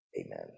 amen